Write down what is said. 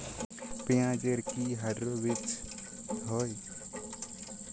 পেঁয়াজ এর কি হাইব্রিড বীজ হয়?